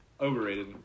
overrated